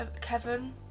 Kevin